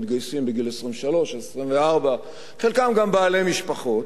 מתגייסים בגיל 23 או 24. חלקם גם בעלי משפחות,